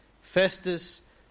Festus